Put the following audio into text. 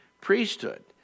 priesthood